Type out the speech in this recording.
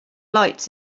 lights